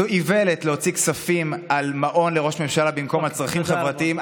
זו איוולת להוציא כספים על מעון לראש ממשלה במקום על צרכים חברתיים.